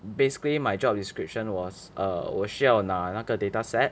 basically my job description was err 我需要拿那个 data set